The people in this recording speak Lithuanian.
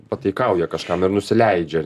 pataikauja kažkam ir nusileidžia ar